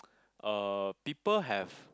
uh people have